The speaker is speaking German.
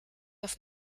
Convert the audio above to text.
auf